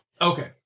Okay